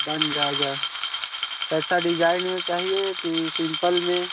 बन जाएगा कैसा डिजाइन में चाहिए कि सिंपल में